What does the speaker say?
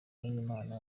w’imana